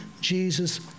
Jesus